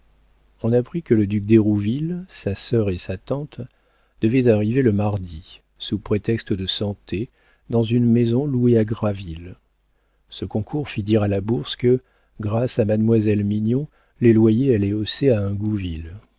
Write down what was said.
on apprit que le duc d'hérouville sa sœur et sa tante devaient arriver le mardi sous prétexte de santé dans une maison louée à graville ce concours fit dire à la bourse que grâce à mademoiselle mignon les loyers allaient hausser à